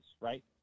right